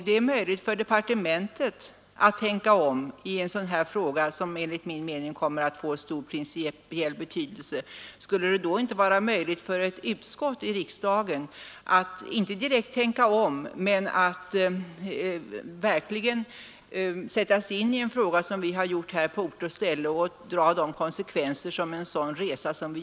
Är det nu möjligt för departementet att tänka om i en fråga som denna, vilken enligt min mening kommer att få stor principiell betydelse, skulle det då inte vara möjligt också för ett av riksdagens utskott att inte direkt tänka om men på ort och ställe verkligen försöka sätta sig in i frågan och sedan dra konsekvenserna därav?